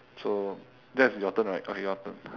so that's your turn right okay your turn